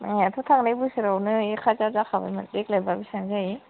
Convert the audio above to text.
माइयाथ' थांनाय बोसोरावनो एक हाजार जाखाबायमोन देग्लायबा बेसेबां जायो